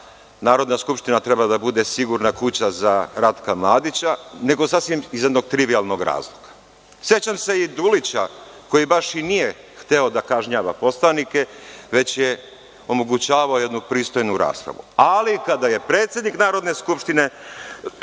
Narodna skupština treba da bude sigurna kuća za Ratka Mladića, nego sasvim iz jednog trivijalnog razloga. Sećam se i Dulića, koji baš i nije hteo da kažnjava poslanike, već je omogućavao jednu pristojnu raspravu. Ali, kada je predsednik Narodne skupštine